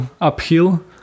uphill